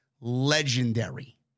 legendary